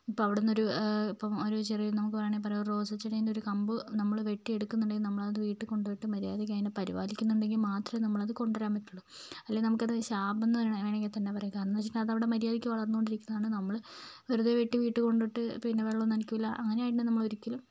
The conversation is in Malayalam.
ഇപ്പോൾ അവിടെ നിന്നൊരു ഇപ്പം ഒരു ചെറിയ നമുക്ക് വേണേൽ പറയാം ഒരു റോസാച്ചെടീൻറ്റെ ഒരു കമ്പ് നമ്മള് വെട്ടിയെടുക്കുന്നുണ്ടെങ്കിൽ നമ്മളത് വീട്ടിൽ കൊണ്ടുപോയിട്ട് മര്യാദക്കതിനെ പരിപാലിക്കുന്നുണ്ടെങ്കിൽ മാത്രമേ നമ്മളത് കൊണ്ടുവരാൻ പറ്റുകയുള്ളു അല്ലെങ്കിൽ നമുക്കതിനെ ശാപമെന്നു തന്നേ വേണമെങ്കിൽ തന്നെ പറയാം കാരണം എന്താന്നു വെച്ചിട്ടുണ്ടെങ്കിൽ അതവിടെ മര്യാദയ്ക്ക് വളർന്നോണ്ടിരിക്കുന്നതാണ് നമ്മള് വെറുതേ വെട്ടി വീട്ടിൽ കൊണ്ടിട്ടിട്ട് പിന്നേ വെള്ളവും നനയ്ക്കുകയില്ല അങ്ങനെ അതിനെ നമ്മൾ ഒരിക്കലും